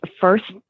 first